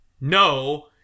no